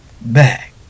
back